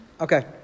Okay